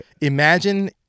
imagine